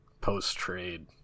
post-trade